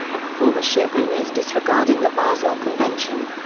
and former ship owners disregarding the basel convention.